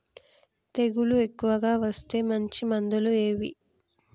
తెగులు ఎక్కువగా వస్తే మంచి మందులు ఏవి?